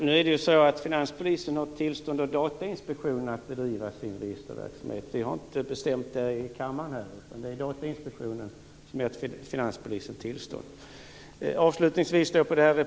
Fru talman! Finanspolisen har tillstånd av Datainspektionen att bedriva sin registerverksamhet. Vi har inte bestämt det här i kammaren. Det är Datainspektionen som ger finanspolisen tillstånd.